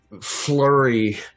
flurry